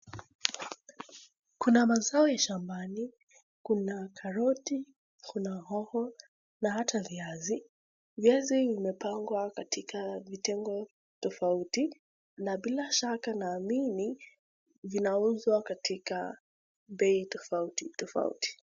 Kuna mazao shambani kuna karoti , kuna hoho na hata viazi, viazi umepangwa katika vitengo tofauti tofauti na bila shaka naamini zinauzwa katika bei tofauti tofauti.